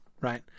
right